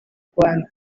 rwanda